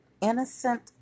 innocent